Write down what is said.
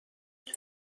جشن